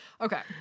Okay